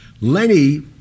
Lenny